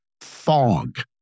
fog